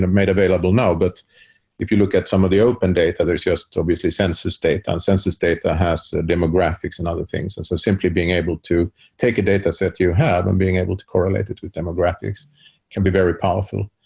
made available now. but if you look at some of the open data, there's just it's obviously census data. census data has demographics and other things and so simply being able to take a data set you have and being able to correlate it with demographics can be very powerful.